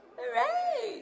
Hooray